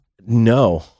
No